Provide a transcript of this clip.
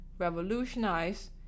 Revolutionize